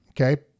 okay